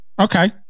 Okay